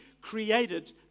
created